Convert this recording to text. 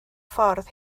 ffordd